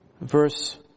verse